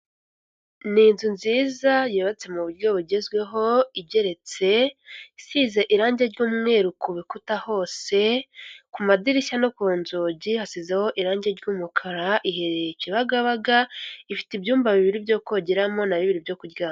Ni inzu nziza yubatse mu buryo bugezweho igeretse, isize irange ry'umweru ku bikuta hose, ku madirishya no ku nzugi hasizeho irangi ry'umukara, iherereye Kibagabaga, ifite ibyumba bibiri byo kogeramo na bibiri byo kuryama.